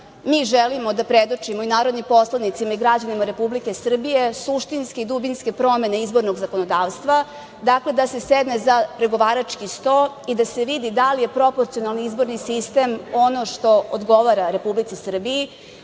mi želimo da predočimo i narodnim poslanicima i građanima Republike Srbije suštinski i dubinske promene izbornog zakonodavstva. Dakle, da se sedne za pregovarački sto i da se vidi da li je proporcionalni izborni sistem ono što odgovara Republici Srbiji